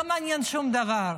לא מעניין שום דבר.